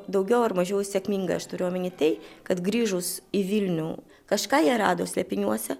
daugiau ar mažiau sėkmingai aš turiu omeny tai kad grįžus į vilnių kažką jie rado slėpiniuose